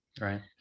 Right